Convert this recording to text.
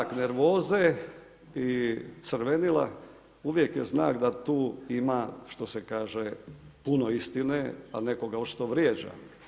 Znak nervoze i crvenila uvijek je znak da tu ima što se kaže puno istine, a nekoga očito vrijeđa.